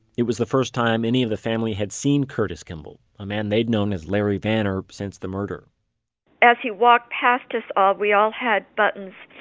it was the first time any of the family had seen curtis kimball, a man they had known as larry vanner, since the murder as he walked past us ah we all had buttons,